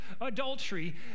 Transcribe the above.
adultery